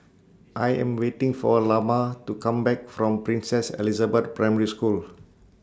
I Am waiting For Lamar to Come Back from Princess Elizabeth Primary School